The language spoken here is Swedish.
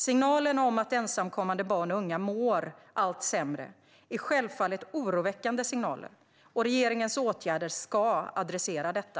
Signalerna om att ensamkommande barn och unga mår allt sämre är självfallet oroväckande signaler, och regeringens åtgärder ska adressera detta.